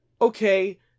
Okay